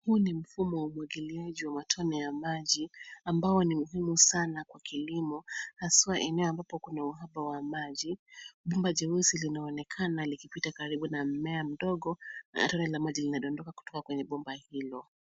Huu ni mfumo wa umwagiliaji wa matone ya maji ambao ni muhimu sana kwa kilimo hasa eneo ambapo kuna uhaba wa maji. Bomba jeusi linaonekana likipita karibu na mmea mdogo na tone la maji linadondoka kutoka kwenye bomba hilo.